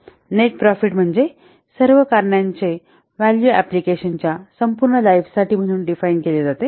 net profit म्हणजे सर्व कारणांचे व्हॅल्यूअँप्लिकेशन च्या संपूर्ण लाईफ साठी म्हणून डिफाइन केले जाते